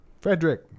Frederick